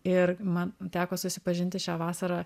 ir man teko susipažinti šią vasarą